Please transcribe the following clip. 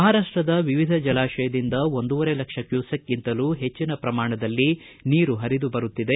ಮಹಾರಾಷ್ಟದ ವಿವಿಧ ಜಲಾಶಯದಿಂದ ಒಂದುವರೆ ಲಕ್ಷ ಕ್ಯೂಸೆಕ್ಗಿಂತಲೂ ಹೆಚ್ಚಿನ ಪ್ರಮಾಣದಲ್ಲಿ ನೀರು ಹರಿದು ಬರುತ್ತಿದೆ